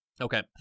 Okay